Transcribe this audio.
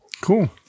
Cool